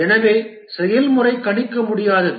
எனவே செயல்முறை கணிக்க முடியாதது